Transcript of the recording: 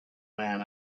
man